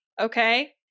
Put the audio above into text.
Okay